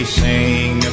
sing